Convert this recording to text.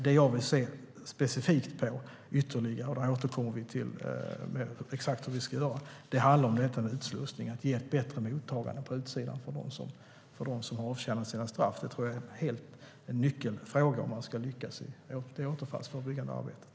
Det jag vill se specifikt på ytterligare handlar om detta med utslussningen och att ge ett bättre mottagande för dem som har avtjänat sina straff. Där återkommer vi till exakt hur vi ska göra. Det tror jag är en nyckelfråga om man ska lyckas i det återfallsförebyggande arbetet.